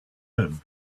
own